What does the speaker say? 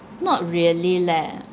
not really leh